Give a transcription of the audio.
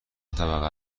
طبقه